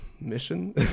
mission